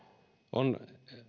on